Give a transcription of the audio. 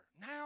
Now